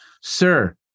Sir